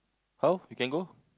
how we can go